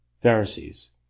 Pharisees